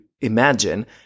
imagine